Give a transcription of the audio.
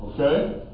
Okay